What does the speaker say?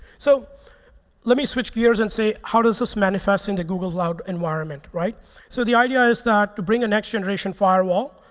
so let me switch gears and say how does this manifest in the google cloud environment? so the idea is that to bring a next generation firewall,